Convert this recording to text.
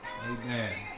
amen